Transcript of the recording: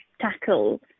tackle